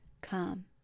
come